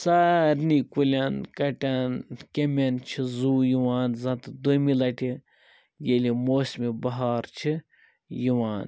سارنی کُلٮ۪ن کَٹٮ۪ن کیٚمٮ۪ن اَندٕ چھِ زُو یِوان زَن تہٕ دٔیمہِ لَٹہِ ییٚلہِ موسمِ بہار چھِ یِوان